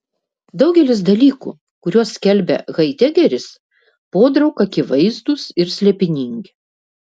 daugelis dalykų kuriuos skelbia haidegeris podraug akivaizdūs ir slėpiningi